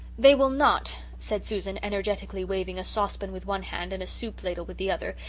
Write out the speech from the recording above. they will not, said susan, energetically waving a saucepan with one hand and a soup ladle with the other,